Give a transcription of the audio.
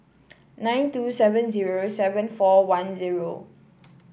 nine two seven zero seven four one zero